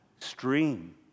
stream